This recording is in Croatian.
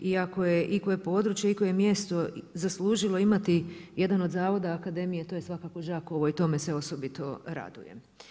I ako je i koje područje i koje mjesto zaslužilo imati jedan od zavoda akademije to je svakako Đakovo i to me se osobito raduje.